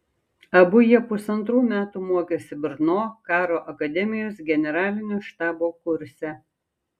abu jie pusantrų metų mokėsi brno karo akademijos generalinio štabo kurse